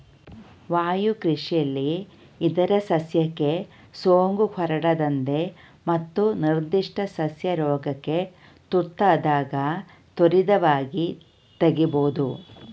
ವಾಯುಕೃಷಿಲಿ ಇತರ ಸಸ್ಯಕ್ಕೆ ಸೋಂಕು ಹರಡದಂತೆ ಮತ್ತು ನಿರ್ಧಿಷ್ಟ ಸಸ್ಯ ರೋಗಕ್ಕೆ ತುತ್ತಾದಾಗ ತ್ವರಿತವಾಗಿ ತೆಗಿಬೋದು